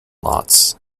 lots